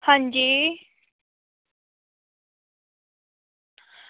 हां जी